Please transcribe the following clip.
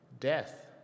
Death